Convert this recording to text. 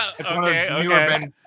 Okay